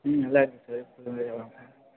ம் நல்லாயிருக்கு சார் கொஞ்சம்